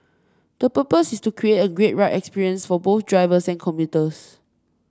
the purpose is to create a great ride experience for both drivers and commuters